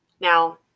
Now